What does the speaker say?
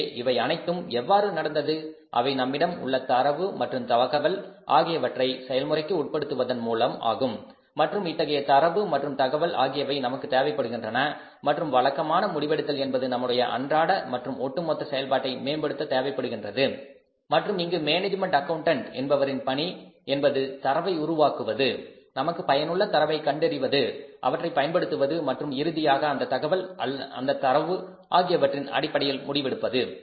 எனவே இவை அனைத்தும் எவ்வாறு நடந்தது அவை நம்மிடம் உள்ள தரவு மற்றும் தகவல் ஆகியவற்றை செயல்முறைக்கு உட்படுத்துவதன் மூலம் ஆகும் மற்றும் இத்தகைய தரவு மற்றும் தகவல் ஆகியவை நமக்குத் தேவைப்படுகின்றது மற்றும் வழக்கமான முடிவெடுத்தல் என்பது நம்முடைய அன்றாட மற்றும் ஒட்டுமொத்த செயல்பாட்டை மேம்படுத்த தேவைப்படுகின்றது மற்றும் இங்கு மேனேஜ்மென்ட் ஆக்கவுண்டன்ட் என்பவரின் பணி என்பது தரவை உருவாக்குவது நமக்கு பயனுள்ள தரவை கண்டறிவது அவற்றை பயன்படுத்துவது மற்றும் இறுதியாக அந்தத் தகவல் அந்தத் தரவு ஆகியவற்றின் அடிப்படையில் முடிவெடுப்பது